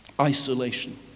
Isolation